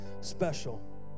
special